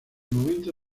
momento